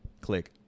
click